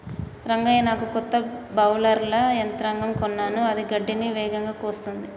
రంగయ్య నాకు కొత్త బౌలర్ల యంత్రం కొన్నాను అది గడ్డిని వేగంగా కోస్తుంది